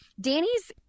Danny's